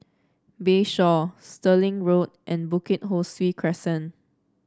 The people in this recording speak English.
Bayshore Stirling Road and Bukit Ho Swee Crescent